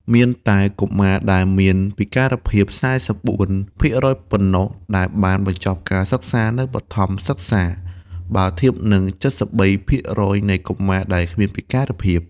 មានតែកុមារដែលមានពិការភាព ៤៤ ភាគរយប៉ុណ្ណោះដែលបានបញ្ចប់ការសិក្សានៅបឋមសិក្សា បើធៀបនឹង ៧៣ ភាគរយនៃកុមារដែលគ្មានពិការភាព។